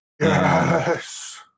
Yes